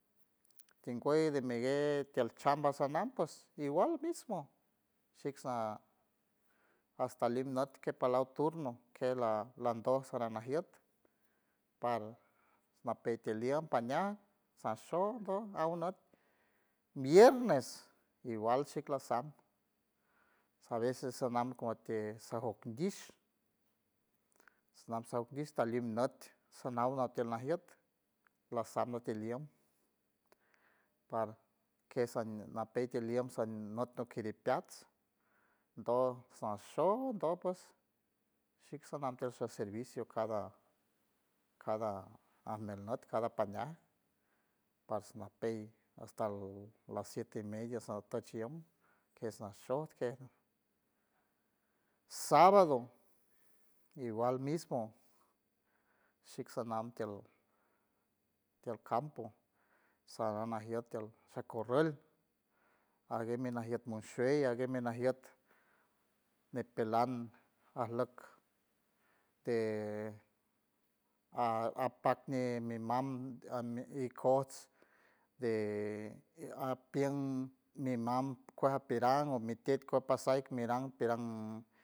Tingüey de miguey tiel chamba sanam ps igual mismo shik sa hasta limnot kej paluw turno ke la- lando saran najiet par napey tiliem pañaj sa shoj doj aw not viernes, igual shik lasam a veces sanam kuti sajok indish nam saw dish shik talim nüt sanaw natiel najiet lasam nati liem par kes sa napey tiliem sanut nokiripeats doj sa shoj doj pues shik sanam tiel sa servicio cada cada ajmelnüt cada pañaj pas majey hasta las siete y media satuch iem kej nashoj kej sábado, igual mismo shik sanam tiel tiel campo saran najiet tiel sa kurrol ajguey mi najiet monshuey ajguey minajiet ñipelan ajluck te apac nimi mam ikots de apien mi mam kuej apiran omi tet kuej pasaj ik miran piran.